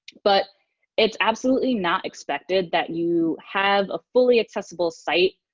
but it's absolutely not expected that you have a fully accessible site,